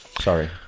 Sorry